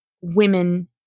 women